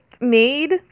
made